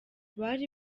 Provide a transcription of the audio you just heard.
bari